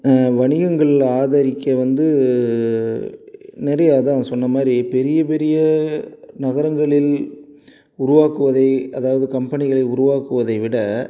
வணிகங்களில் ஆதரிக்க வந்து நிறைய அதான் சொன்ன மாதிரி பெரிய பெரிய நகரங்களில் உருவாக்குவதை அதாவது கம்பெனிகளை உருவாக்குவதை விட